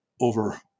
over